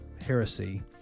heresy